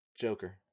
Joker